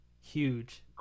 huge